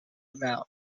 amount